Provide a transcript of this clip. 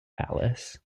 alice